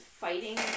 fighting